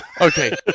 okay